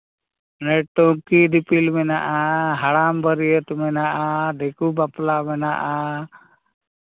ᱚᱱᱮ ᱴᱩᱝᱠᱤ ᱫᱤᱯᱤᱞ ᱢᱮᱱᱟᱜᱼᱟ ᱦᱟᱲᱟᱢ ᱵᱟᱹᱨᱭᱟᱹᱛ ᱢᱮᱱᱟᱜᱼᱟ ᱫᱤᱠᱩ ᱵᱟᱯᱞᱟ ᱢᱮᱱᱟᱜᱼᱟ